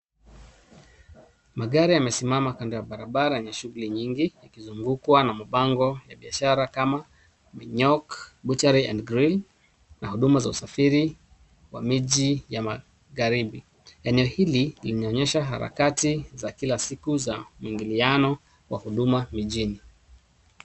Magari yamesimama kando ya barabara yenye shughuli nyingi, ikizungukwa na mabango ya biashara kama Minyok butcheryand grill, na huduma za usafiri wa miji ya margaribi. Eneo hili inaonyesha harakati za kila siku za muingiliano wa huduma mijini.